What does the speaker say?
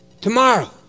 Tomorrow